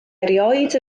erioed